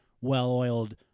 well-oiled